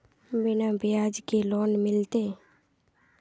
बिना ब्याज के लोन मिलते?